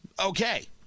okay